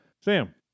Sam